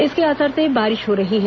इसके असर से बारिश हो रही है